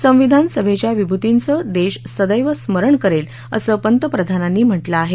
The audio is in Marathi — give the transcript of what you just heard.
संविधान सभेच्या विभूतींचं देश सदैव स्मरण करेल असं पंतप्रधानांनी म्हटलं आहे